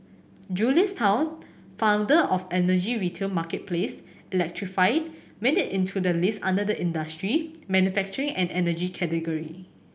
Julius Tan founder of energy retail marketplace electrify made it into the list under the industry manufacturing and energy category